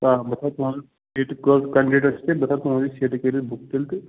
آ بہٕ تھاوٕ تُہٕنٛزٕ سیٖٹہٕ کٔژ کَنڈِڈیٹ ٲسِو تُہۍ بہٕ تھاوٕ پانے سیٖٹہٕ کٔرِتھ بُک تیٚلہِ تہٕ